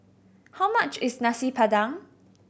how much is Nasi Padang